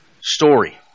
story